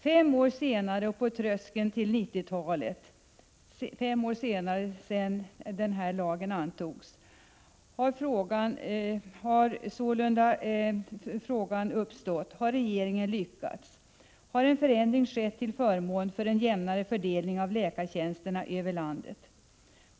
Fem år efter det att lagen antogs, på tröskeln till 1990-talet, har frågan således uppstått: Har regeringen lyckats? Har en förändring skett till förmån för en jämnare fördelning av läkartjänsterna över landet?